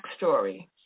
backstory